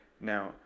Now